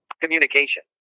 Communication